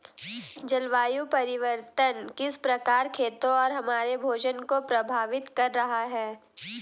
जलवायु परिवर्तन किस प्रकार खेतों और हमारे भोजन को प्रभावित कर रहा है?